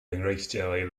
enghreifftiau